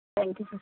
thank you sir